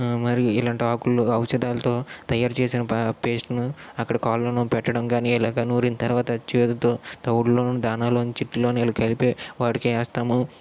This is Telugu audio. మరి ఇలాంటి ఆకులు ఔషదాలతో తయారు చేసిన పేస్ట్ను అక్కడ కాళ్ళలో పెట్టడం కానీ లేదా నూరిన తర్వాత చేదుతో తవుడులో దానాల్లో నుంచి చెట్లలో నీళ్లను కలిపి వాటికి వేస్తాము